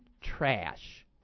trash